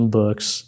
books